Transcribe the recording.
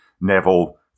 Neville